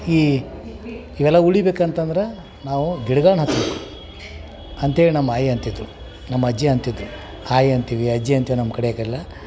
ಈ ಇವೆಲ್ಲ ಉಳಿಬೇಕಂತಂದ್ರೆ ನಾವು ಗಿಡಗಳ್ನ ಹಚ್ಚಬೇಕು ಅಂತೇಳಿ ನಮ್ಮ ಆಯಿ ಅಂತಿದ್ಳು ನಮ್ಮ ಅಜ್ಜಿ ಅಂತಿದ್ಳು ಆಯಿ ಅಂತೀವಿ ಅಜ್ಜಿ ಅಂತೀವಿ ನಮ್ಮ ಕಡೆಗೆಲ್ಲ